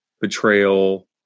betrayal